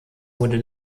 wurde